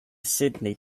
sydney